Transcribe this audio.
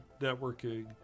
networking